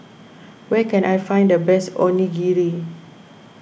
where can I find the best Onigiri